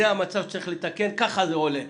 זה המצב שצריך לתקן וכך זה עולה.